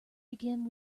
begin